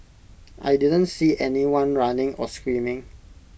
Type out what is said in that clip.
I didn't see anyone running or screaming